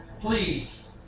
Please